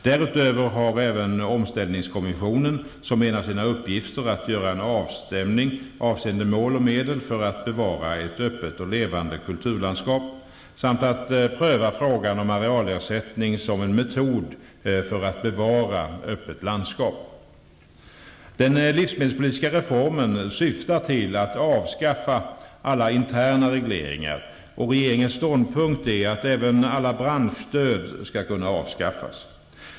Därutöver har även omställningskommissionen som en av sina uppgifter att göra en avstämning avseende mål och medel för att bevara ett öppet och levande kulturlandskap samt att pröva frågan om arealersättning som en metod för att bevara öppet landskap. Den livsmedelspolitiska reformen syftar till att avskaffa alla interna regleringar, och regeringens ståndpunkt är att även alla branschstöd skall avskaffas.